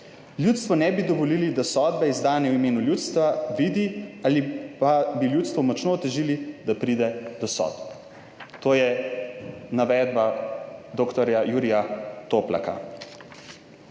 Ljudstvu ne bi dovolili, da sodbe, izdane v imenu ljudstva, vidi, ali pa bi ljudstvu močno otežili, da pride do sodb." To je navedba dr. Jurija Toplaka.